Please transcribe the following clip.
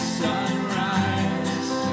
sunrise